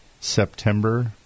september